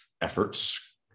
efforts